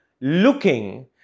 looking